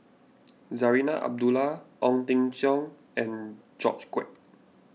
Zarinah Abdullah Ong Jin Teong and George Quek